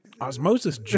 Osmosis